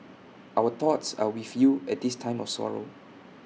our thoughts are with you at this time of sorrow